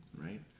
right